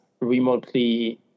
remotely